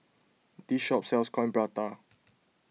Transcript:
this shop sells Coin Prata